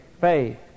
faith